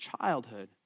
childhood